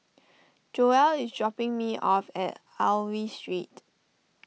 Joel is dropping me off at Aliwal Street